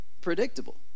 predictable